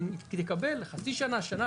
אבל היא תקבל חצי שנה או שנה,